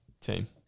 team